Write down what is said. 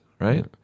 right